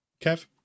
Kev